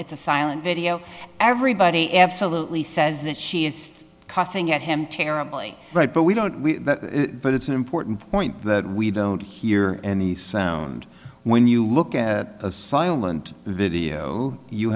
it's a silent video everybody else salut lee says that she is cussing at him terribly right but we don't but it's an important point that we don't hear any sound when you look at silent video you